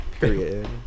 Period